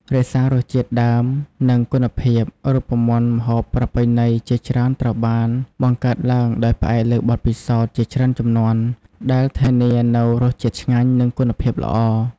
រក្សារសជាតិដើម និងគុណភាព រូបមន្តម្ហូបប្រពៃណីជាច្រើនត្រូវបានបង្កើតឡើងដោយផ្អែកលើបទពិសោធន៍ជាច្រើនជំនាន់ ដែលធានានូវរសជាតិឆ្ងាញ់ និងគុណភាពល្អ។